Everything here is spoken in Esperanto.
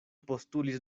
postulis